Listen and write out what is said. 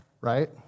right